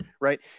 Right